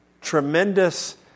tremendous